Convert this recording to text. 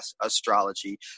astrology